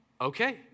okay